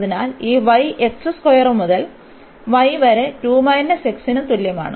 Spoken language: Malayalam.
അതിനാൽ ഈ y മുതൽ y വരെ ന് തുല്യമാണ്